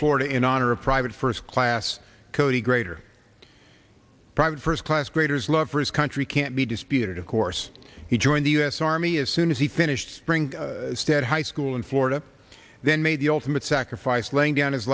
florida in honor of private first class cody greater private first class graders love for his country can't be disputed of course he joined the us army as soon as he finished spring stead high school in florida then made the ultimate sacrifice laying down his